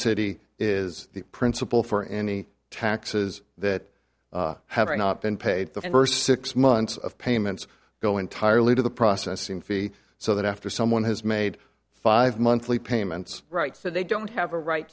city is the principle for any taxes that have not been paid the first six months of payments go entirely to the processing fee so that after someone has made five monthly payments right so they don't have a right